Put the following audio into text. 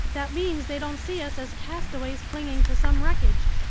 that means they don't see us as castaways clinging to some wreckage!